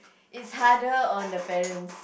it's harder on the parents